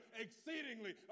exceedingly